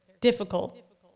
difficult